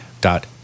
dot